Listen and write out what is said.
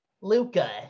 Luca